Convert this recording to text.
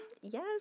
Yes